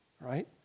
Right